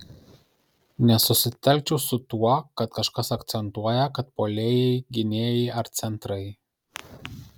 nesusitelkčiau su tuo kad kažkas akcentuoja kad puolėjai gynėjai ar centrai